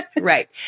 right